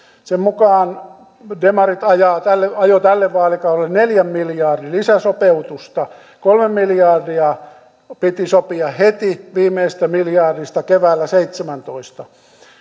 sen mukaan demarit ajoivat tälle vaalikaudelle neljän miljardin lisäsopeutusta kolme miljardia piti sopia heti viimeisestä miljardista keväällä seitsemäntoista